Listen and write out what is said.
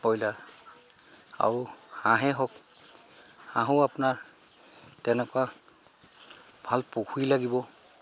broiler আৰু হাঁহে হওক হাঁহো আপোনাৰ তেনেকুৱা ভাল পুখুৰী লাগিব